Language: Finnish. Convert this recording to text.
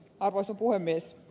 arvoisa puhemies